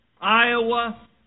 Iowa